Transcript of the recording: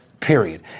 Period